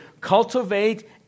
cultivate